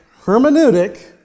hermeneutic